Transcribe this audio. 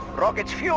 rocketeers